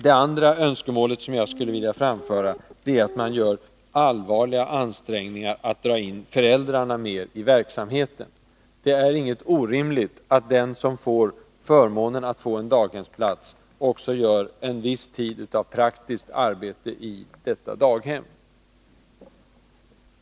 Det andra önskemålet är att man skall göra allvarliga ansträngningar för att dra in föräldrarna i verksamheten. Det är inte orimligt att den som får förmånen av en daghemsplats också ägnar en viss tid åt praktiskt arbete i detta daghem.